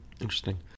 Interesting